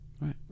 Right